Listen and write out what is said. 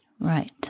right